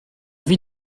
vit